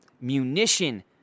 munition